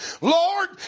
Lord